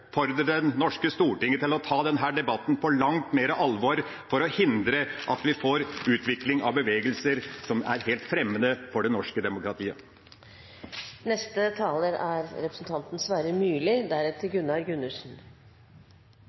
det norske Stortinget til å ta denne debatten langt mer på alvor, for å hindre for at vi får en utvikling av bevegelser som er helt fremmede for det norske